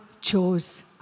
chose